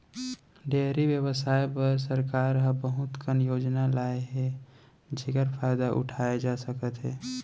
dairy बेवसाय बर सरकार ह बहुत कन योजना लाए हे जेकर फायदा उठाए जा सकत हे